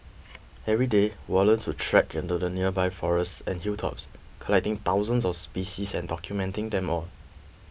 every day Wallace would trek into the nearby forests and hilltops collecting thousands of species and documenting them all